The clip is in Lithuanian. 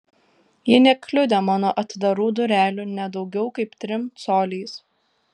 ji nekliudė mano atdarų durelių ne daugiau kaip trim coliais